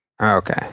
Okay